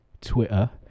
Twitter